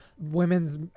women's